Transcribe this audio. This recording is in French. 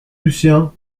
lucien